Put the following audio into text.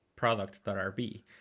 product.rb